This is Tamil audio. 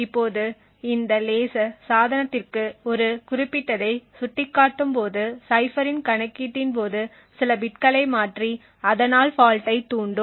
இப்போது இந்த லேசர் சாதனத்திற்கு ஒரு குறிப்பிட்டதை சுட்டிக்காட்டும்போது சைஃப்பரின் கணக்கீட்டின் போது சில பிட்களை மாற்றி அதனால் ஃபால்ட்டைத் தூண்டும்